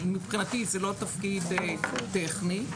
מבחינתי זה לא תפקיד טכני.